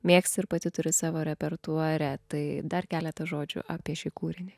mėgsti ir pati turi savo repertuare tai dar keleta žodžių apie šį kūrinį